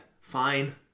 fine